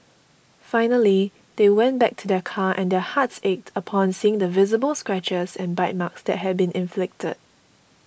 finally they went back to their car and their hearts ached upon seeing the visible scratches and bite marks that had been inflicted